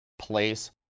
place